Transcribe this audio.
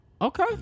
Okay